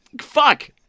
Fuck